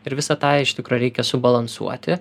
ir visą tą iš tikro reikia subalansuoti